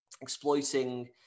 exploiting